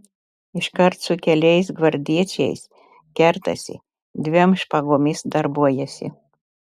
iškart su keliais gvardiečiais kertasi dviem špagomis darbuojasi